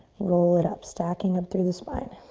roll it up. stacking up through the spine.